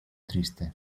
triste